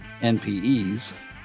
NPEs